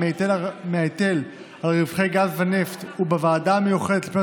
מהיטל על רווחי גז ונפט ובוועדה המיוחדת לפניות